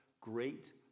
great